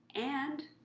and